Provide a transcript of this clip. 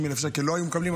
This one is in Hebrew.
50,000 שקל שלא היו מקבלים,